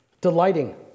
delighting